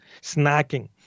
snacking